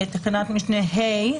תקנת משנה (ה).